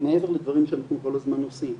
מעבר לדברים שאנחנו כל הזמן עושים.